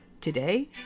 Today